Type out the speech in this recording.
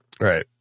Right